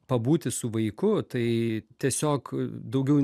pabūti su vaiku tai tiesiog daugiau